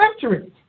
centuries